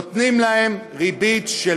נותנים להם ריבית של